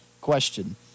question